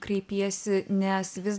kreipiesi nes vis